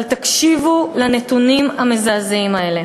אבל תקשיבו לנתונים המזעזעים האלה.